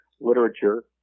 literature